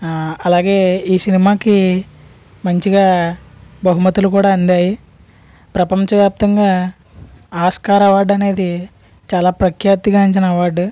అలాగే ఈ సినిమాకి మంచిగా బహుమతులు కూడా అందాయి ప్రపంచవ్యాప్తంగా ఆస్కార్ అవార్డు అనేది చాలా ప్రఖ్యాతిగాంచిన అవార్డు